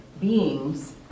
beings